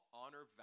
honor